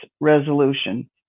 resolution